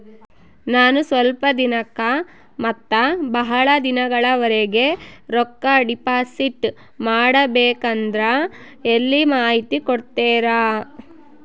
ನಾನು ಸ್ವಲ್ಪ ದಿನಕ್ಕ ಮತ್ತ ಬಹಳ ದಿನಗಳವರೆಗೆ ರೊಕ್ಕ ಡಿಪಾಸಿಟ್ ಮಾಡಬೇಕಂದ್ರ ಎಲ್ಲಿ ಮಾಹಿತಿ ಕೊಡ್ತೇರಾ?